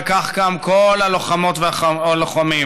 וכך גם כל הלוחמות והלוחמים.